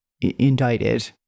indicted